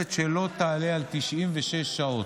מיוחדת שלא תעלה על 96 שעות,